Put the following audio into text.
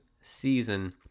season